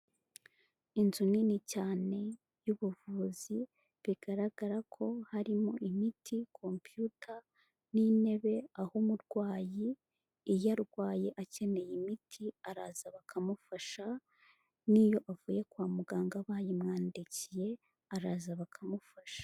Inzu nini cyane y'ubuvuzi bigaragara ko harimo imiti, computer n'intebe, aho umurwayi iyo arwaye akeneye imiti araza bakamufasha n'iyo avuye kwa muganga bayimwandikiye, araza bakamufasha.